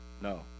No